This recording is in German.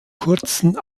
kurzen